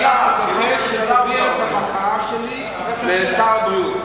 אני רק מבקש שתעביר את המחאה שלי לשר הבריאות.